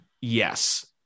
Yes